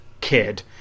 kid